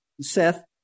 Seth